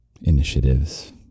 initiatives